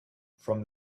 from